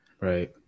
Right